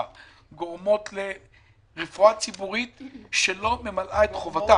גורמות לרפואה ציבורית שלא ממלאת את חובתה